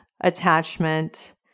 attachment